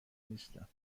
نیستم